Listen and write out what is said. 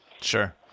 Sure